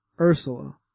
Ursula